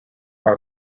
are